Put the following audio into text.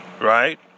right